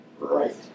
Right